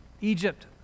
Egypt